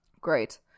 Great